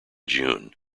june